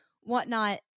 whatnot